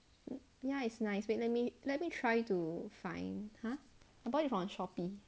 ya it's nice wait let me let me try to find !huh! I buy it from shopee